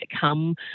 come